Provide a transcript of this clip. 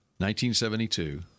1972